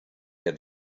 had